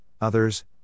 others